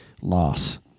loss